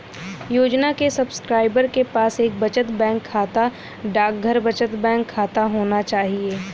योजना के सब्सक्राइबर के पास एक बचत बैंक खाता, डाकघर बचत बैंक खाता होना चाहिए